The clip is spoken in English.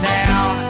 down